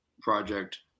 project